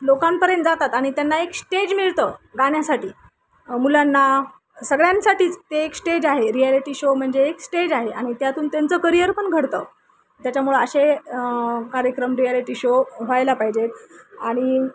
लोकांपर्यंत जातात आणि त्यांना एक स्टेज मिळतं गाण्यासाठी मुलांना सगळ्यांसाठीच ते एक स्टेज आहे रियालिटी शो म्हणजे एक स्टेज आहे आणि त्यातून त्यांचं करिअर पण घडतं त्याच्यामुळं असे कार्यक्रम रियालिटी शो व्हायला पाहिजेत आणि